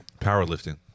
Powerlifting